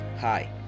Hi